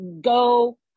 go